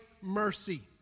mercy